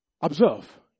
Observe